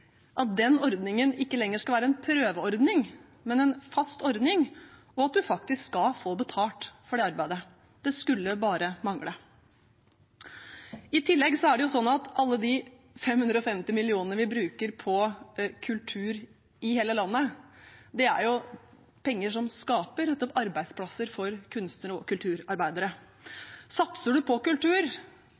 for den jobben man gjør med en utstilling – ikke lenger skal være en prøveordning, men en fast ordning, og at man faktisk skal få betalt for det arbeidet. Det skulle bare mangle. I tillegg er det slik at alle disse 550 mill. kr vi bruker på kultur i hele landet, er penger som skaper arbeidsplasser for kunstnere og kulturarbeidere. Satser man på kultur,